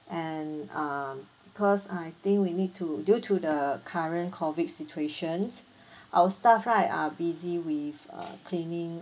and um cause I think we need to due to the current COVID situations our staff right are busy with uh cleaning